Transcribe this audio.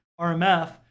RMF